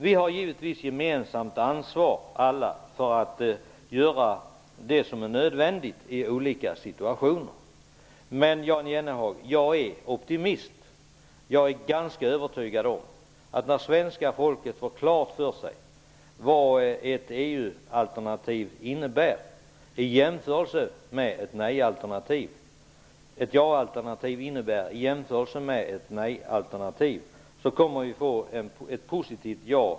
Vi har givetvis alla ett gemensamt ansvar för att göra det som är nödvändigt i olika situationer. Men, Jan Jennehag, jag är optimist. Jag är ganska övertygad om att det blir ett positivt ja i folkomröstningen när svenska folket får klart för sig vad ett ja-alternativ innebär i jämförelse med ett nej-alternativ.